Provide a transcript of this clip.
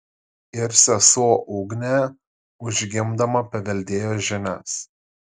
ir sesuo ugnė užgimdama paveldėjo žinias